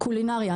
קולינריה,